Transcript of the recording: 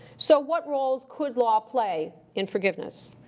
so, what roles could law play in forgiveness?